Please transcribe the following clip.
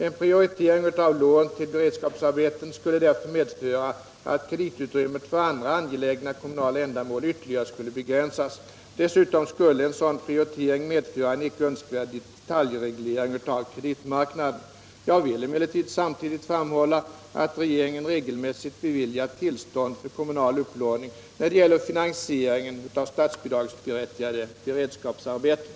En prioritering av lån till beredskapsarbeten skulle därför medföra att kreditutrymmet för andra angelägna kommunala ändamål ytterligare skulle begränsas. Dessutom skulle en sådan prioritering medföra en icke önskvärd detaljreglering av kreditmarknaden. Jag vill emellertid samtidigt framhålla att regeringen re gelmässigt beviljar tillstånd för kommunal upplåning när det gäller finansieringen av statsbidragsberättigade beredskapsarbeten.